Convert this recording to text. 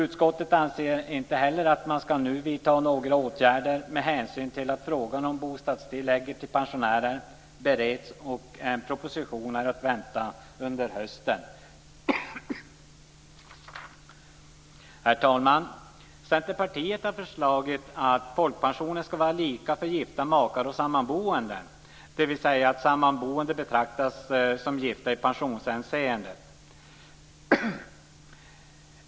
Utskottet anser inte heller att man nu ska vidta åtgärder med hänsyn till att frågan om bostadstilläget till pensionärer är under beredning och att en proposition är att vänta under hösten. Herr talman! Centerpartiet har föreslagit att folkpensionen ska vara lika för gifta makar och sammanboende, dvs. att sammanboende betraktas som gifta i pensionshänseende.